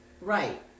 Right